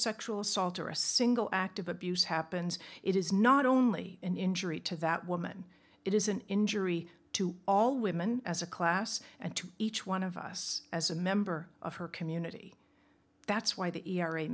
sexual assault or a single act of abuse happens it is not only an injury to that woman it is an injury to all women as a class and to each one of us as a member of her community that's why the e r a